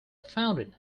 founded